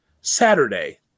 Saturday